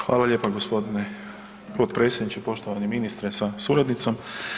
Hvala lijepa g. potpredsjedniče, poštovani ministre sa suradnicom.